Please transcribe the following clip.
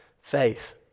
faith